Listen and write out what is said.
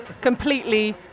completely